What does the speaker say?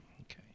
Okay